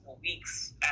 weeks